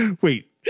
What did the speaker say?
Wait